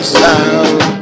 sound